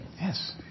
Yes